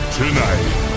tonight